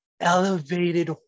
elevated